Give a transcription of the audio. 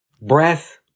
breath